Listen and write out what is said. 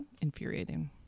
infuriating